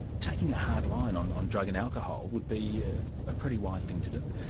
taking a hard line on on drugs and alcohol would be ah a pretty wise thing to do.